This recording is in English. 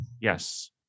Yes